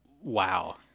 Wow